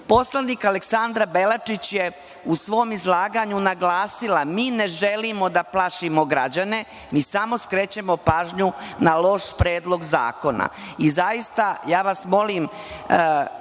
Poslanik Aleksandra Belačić je u svom izlaganju naglasila, mi ne želimo da plašimo građane, mi samo skrećemo pažnju na loš predlog zakona. Zaista, molim